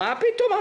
מה פתאום.